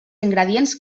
ingredients